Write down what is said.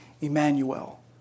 Emmanuel